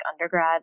undergrad